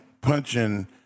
punching